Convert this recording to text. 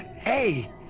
Hey